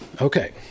Okay